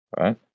right